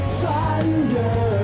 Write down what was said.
thunder